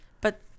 But-